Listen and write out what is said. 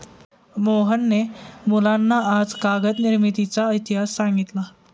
मोहनने मुलांना आज कागद निर्मितीचा इतिहास सांगितला